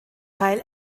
teil